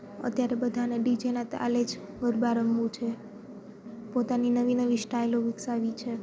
અત્યારે બધાને ડીજેના તાલે જ ગરબા રમવું છે પોતાની નવી નવી સ્ટાઈલો વિકસાવવી છે